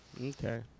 Okay